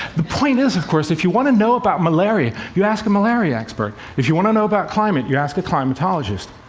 the point is, of course, if you want to know about malaria, you ask a malaria expert. if you want to know about climate, you ask a climatologist.